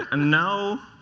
and now